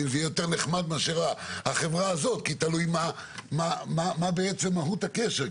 זה יהיה יותר נחמד מאשר החברה הזאת - כי תלוי מה בעצם מהות הקשר.